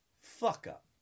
fuck-up